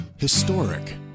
Historic